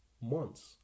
months